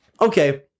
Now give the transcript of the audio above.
Okay